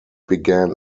began